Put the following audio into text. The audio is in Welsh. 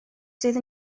sydd